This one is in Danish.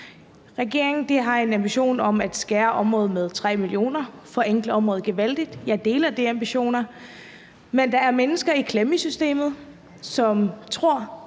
Regeringen har en ambition om at beskære området med 3 mio. kr. og forenkle området gevaldigt, og jeg deler de ambitioner. Men der er mennesker i klemme i systemet, som tror,